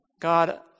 God